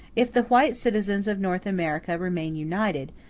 if the white citizens of north america remain united,